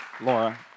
Laura